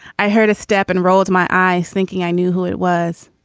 i heard a step and rolled my eyes thinking i knew who it was.